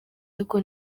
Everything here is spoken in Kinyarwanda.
ariko